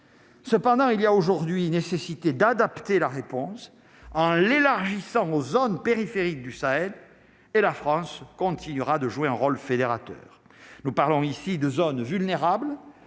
Cependant, il y a aujourd'hui une nécessité d'adapter la réponse en l'élargissant aux zones périphériques du Sahel et la France continuera de jouer un rôle fédérateur, nous parlons ici de zones vulnérables